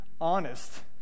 honest